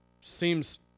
Seems